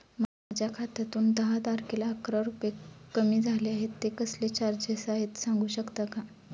माझ्या खात्यातून दहा तारखेला अकरा रुपये कमी झाले आहेत ते कसले चार्जेस आहेत सांगू शकता का?